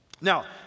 Now